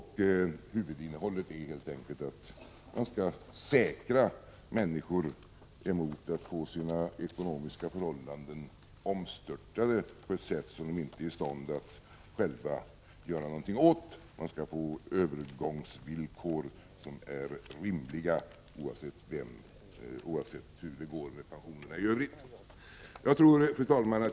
Huvudinnehållet är helt enkelt att man skall säkra människor mot att få sina ekonomiska förhållanden omstörtade på ett sätt som de inte är i stånd att själva göra någonting åt. Man skall få övergångsvillkor som är rimliga oavsett hur det går med pensionerna i övrigt. Fru talman!